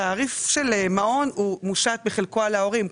התעריף של מעון הוא מושתת בחלקו על ההורים,